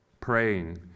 praying